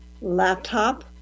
laptop